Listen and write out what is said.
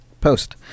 post